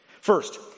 First